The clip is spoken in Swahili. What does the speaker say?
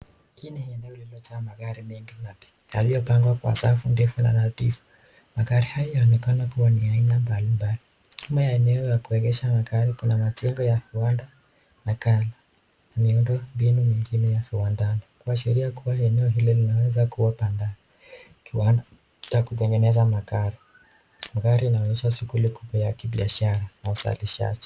Hili ni eneo lililojaa magari mengi mapya yaliyopangwa kwa safu ndefu na ratiba. Magari hayo yanaonekana kuwa ni aina mbalimbali. Nyuma ya eneo la kuegesha magari, kuna majengo ya viwanda na ghala, na miundo mbinu mingine ya viwandani, kuashiria kuwa eneo hili linaweza kuwa kiwanda cha kutengeneza magari. Magari inaonyesha shughuli kubwa ya kibiashara na uzalishaji.